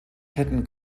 hätten